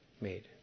made